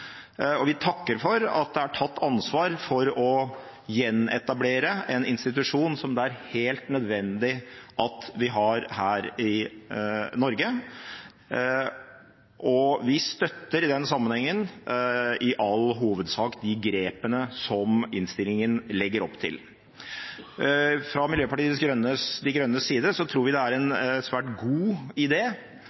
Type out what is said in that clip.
presidentskapet. Vi takker for at det er tatt ansvar for å gjenetablere en institusjon som det er helt nødvendig at vi har her i Norge, og vi støtter i denne sammenhengen i all hovedsak de grepene som innstillingen legger opp til. Fra Miljøpartiet De Grønnes side tror vi det er en svært god